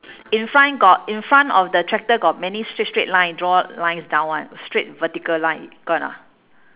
in front got in front of the tractor got many straight straight line draw lines down [one] straight vertical line got or not